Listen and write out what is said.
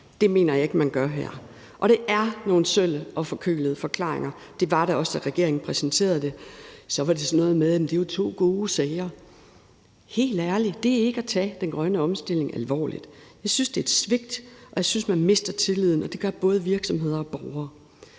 Det mener jeg ikke man gør her. Det er nogle sølle og forkølede forklaringer. Det var det også, da regeringen præsenterede det. Det var sådan noget med, at det er to gode sager. Helt ærligt! Det er ikke at tage den grønne omstilling alvorligt. Jeg synes, det er et svigt, og jeg synes, man mister tilliden, og det gør både virksomheder og borgere.